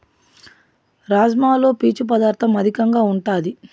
రాజ్మాలో పీచు పదార్ధం అధికంగా ఉంటాది